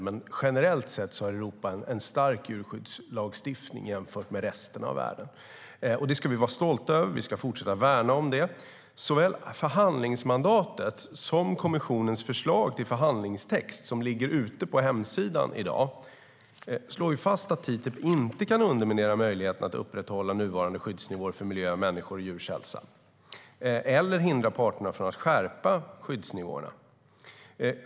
Men generellt sett har Europa en stark djurskyddslagstiftning jämfört med resten av världen. Det ska vi vara stolta över och fortsätta att värna om. Såväl förhandlingsmandatet som kommissionens förslag till förhandlingstext, som ligger ute på hemsidan i dag, slår fast att TTIP inte kan underminera möjligheten att upprätthålla nuvarande skyddsnivåer för miljö, människors och djurs hälsa eller hindra parterna från att skärpa skyddsnivåerna.